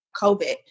COVID